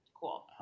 cool